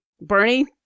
Bernie